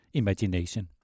imagination